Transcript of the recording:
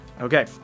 Okay